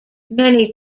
many